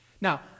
Now